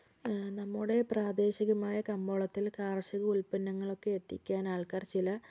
നമ്മുടെ പ്രാദേശികമായ കമ്പോളത്തിൽ കാർഷിക ഉത്പന്നങ്ങൾ ഒക്കെ എത്തിക്കാൻ ആൾക്കാർ ചില